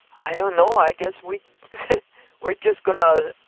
i don't know. i guess we we're just going to